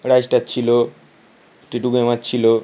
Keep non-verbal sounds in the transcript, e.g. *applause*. *unintelligible* ছিলো টিটু গেমার ছিলো